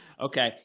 Okay